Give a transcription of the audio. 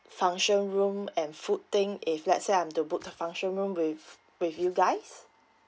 function room and food thing if let's say I'm to book the function room with with you guys